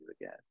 again